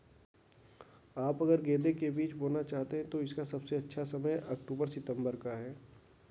आप अगर गेंदे के बीज बोना चाहते हैं तो इसका सबसे अच्छा समय अक्टूबर सितंबर का है